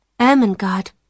Ermengarde